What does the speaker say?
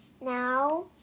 now